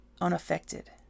unaffected